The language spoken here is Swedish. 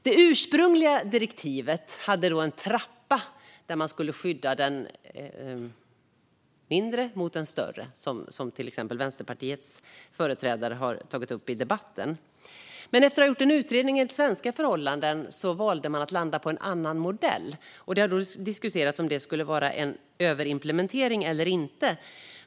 Det ursprungliga direktivet hade en trappa som skulle skydda den mindre mot den större, som exempelvis Vänsterpartiets företrädare har tagit upp i debatten. Men efter att ha gjort en utredning utifrån svenska förhållanden landade man i en annan modell. Det har diskuterats om det skulle vara en överimplementering eller inte.